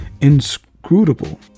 inscrutable